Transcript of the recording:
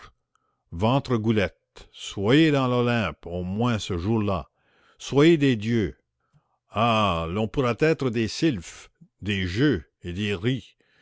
ventregoulette soyez dans l'olympe au moins ce jour-là soyez des dieux ah l'on pourrait être des sylphes des jeux et des